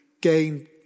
gain